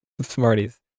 Smarties